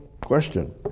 question